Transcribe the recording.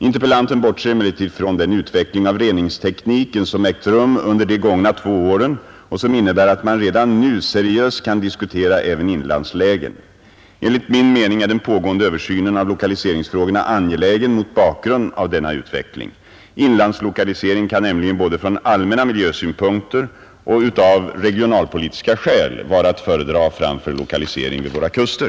Interpellanten bortser emellertid från den utveckling av reningstekniken som ägt rum under de gångna två åren och som innebär att man redan nu seriöst kan diskutera även inlandslägen. Enligt min mening är den pågående översynen av lokaliseringsfrågorna angelägen mot bakgrund av denna utveckling. Inlandslokalisering kan nämligen både från allmänna miljösynpunkter och av regionalpolitiska skäl vara att föredra framför lokalisering vid våra kuster.